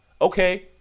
Okay